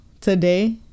today